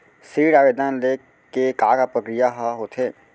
ऋण आवेदन ले के का का प्रक्रिया ह होथे?